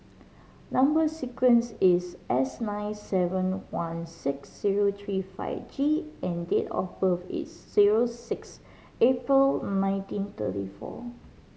number sequence is S nine seven one six zero three five G and date of birth is zero six April nineteen thirty four